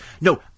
No